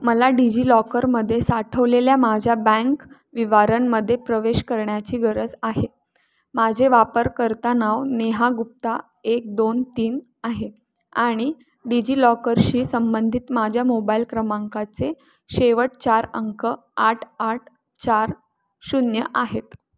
मला डिजि लॉकरमध्ये साठवलेल्या माझ्या बँक विवरणमध्ये प्रवेश करण्याची गरज आहे माझे वापरकर्ता नाव नेहा गुप्ता एक दोन तीन आहे आणि डिजि लॉकरशी संबंधित माझ्या मोबायल क्रमांकाचे शेवट चार अंक आठ आठ चार शून्य आहे